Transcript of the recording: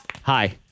Hi